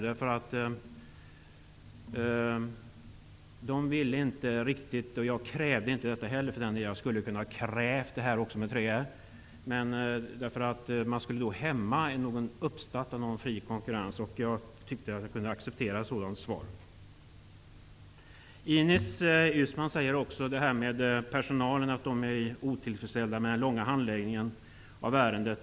Jag skulle ha kunnat kräva ett besked på denna punkt, men jag fick uppgiften att detta skulle kunna hämma igångsättningen av en fri konkurrens, och jag tyckte att jag kunde acceptera det svaret. Ines Uusmann säger också att personalen är otillfredsställd med den långa handläggningen av ärendet.